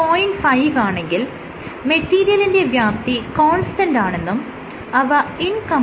5 ആണെങ്കിൽ മെറ്റീരിയലിന്റെ വ്യാപ്തി കോൺസ്റ്റൻറ് ആണെന്നും അവ ഇൻ കംപ്രെസ്സിബിളുമാണെന്നർത്ഥം